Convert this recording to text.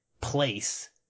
place